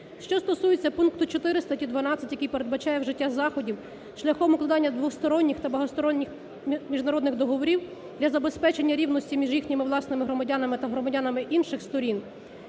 Що стосується пункту 4 статті 12, який передбачає вжиття заходів шляхом укладання двосторонніх та багатосторонніх міжнародних договорів для забезпечення рівності між їхніми власними громадянами та громадянами інших сторін